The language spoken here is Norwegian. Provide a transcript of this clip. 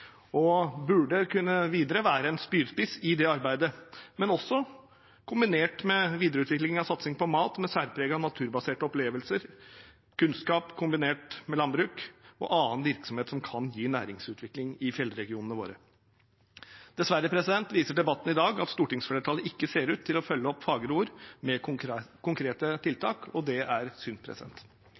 og burde kunne være en spydspiss videre i det arbeidet, men også kombinert med en videreutvikling av satsing på mat med særpreg av naturbaserte opplevelser, kunnskap kombinert med landbruk og annen virksomhet som kan gi næringsutvikling i fjellregionene våre. Dessverre viser debatten i dag at stortingsflertallet ikke ser ut til å følge opp fagre ord med konkrete tiltak, og det er synd.